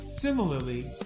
Similarly